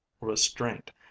restraint